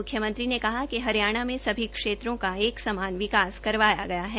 मुख्यमंत्री ने कहा कि हरियाणा में सभी क्षेत्रों में एक समान विकास करवाया है